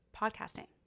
podcasting